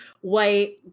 white